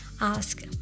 ask